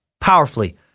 powerfully